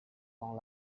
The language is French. dans